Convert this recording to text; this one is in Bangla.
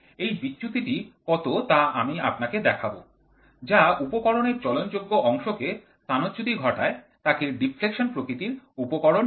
এই বিচ্যুতিটি কত তা আমি আপনাকে দেখাব যা উপকরণের চলন যোগ্য অংশকে স্থানচ্যুতি ঘটায় তাকে ডিফ্লেকশন প্রকৃতির উপকরণ বলে